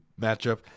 matchup